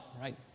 Right